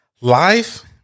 Life